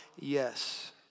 yes